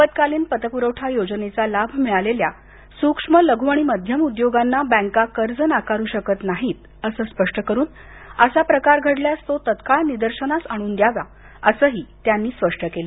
आपत्कालीन पतपुरवठा योजनेचा लाभ मिळालेल्या सूक्ष्म लघु आणि मध्यम उद्योगांना बँका कर्ज नाकारू शकत नाहीत असं स्पष्ट करून असा प्रकार घडल्यास तो तत्काळ निदर्शनास आणून द्यावा असंही त्यांनी स्पष्ट केलं